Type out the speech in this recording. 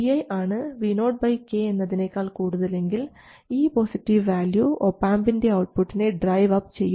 Vi ആണ് Vo k എന്നതിനേക്കാൾ കൂടുതലെങ്കിൽ ഈ പോസിറ്റീവ് വാല്യൂ ഒപാംപിൻറെ ഔട്ട്പുട്ടിനെ ഡ്രൈവ് അപ്പ് ചെയ്യും